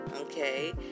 okay